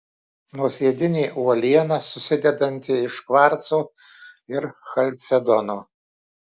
nuosėdinė uoliena susidedanti iš kvarco ir chalcedono